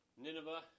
Nineveh